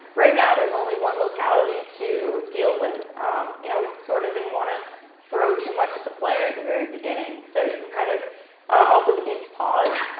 right now, there's only one locality to deal with. you know we sort of didn't want to throw too much at the player at the very beginning. so you can kind of also, the game is paused,